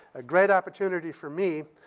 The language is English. a great opportunity for me.